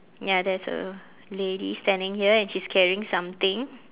ya there's a lady standing here and she's carrying something